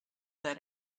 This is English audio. that